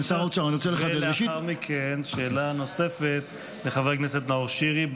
לאחר מכן שאלה נוספת לחבר הכנסת נאור שירי,